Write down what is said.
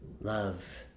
love